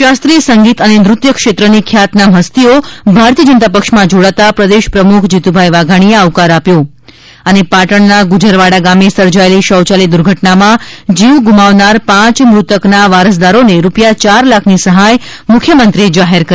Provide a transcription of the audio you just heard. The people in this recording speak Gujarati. શાસ્ત્રીય સંગીત અને નૃત્યક્ષેત્રની ખ્યાતનામ હસ્તીઓ ભારતીય જનતા પક્ષમાં જોડાતા પ્રદેશ પ્રમુખ જીતુ વાઘાણીએ આવકાર આપ્યો પાટણના ગુજરવાડા ગામે સર્જાયેલી શોચાલય દુર્ઘટનામાં જીવ ગુમાવનાર પાંચ મૃતકના વારસદારોને રૂપિયા ચાર લાખની સહાય મુખ્યમંત્રીએ જાહેર કરી